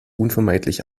unvermeidlich